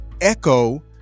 echo